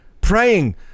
Praying